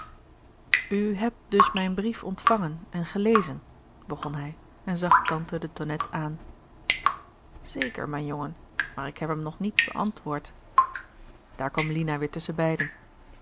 hebt dus mijn brief ontvangen en gelezen begon hij en zag tante de tonnette aan zeker mijn jongen maar ik heb hem nog niet beantwoord daar kwam lina weer tusschen beiden